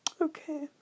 okay